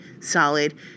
solid